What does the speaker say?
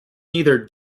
neither